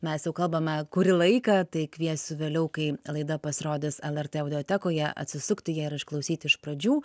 mes jau kalbame kurį laiką tai kviesiu vėliau kai laida pasirodys lrt audiotekoje atsisukti ją ir išklausyti iš pradžių